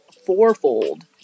fourfold